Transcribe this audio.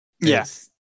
Yes